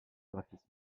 graphisme